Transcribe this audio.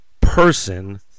person